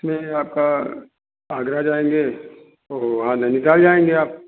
नहीं आपका आगरा जाएंगे वो वहाँ नैनीताल जाएंगे आप